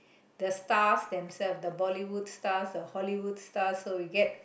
the stars themselves the Bollywood stars the Hollywood wood stars so you get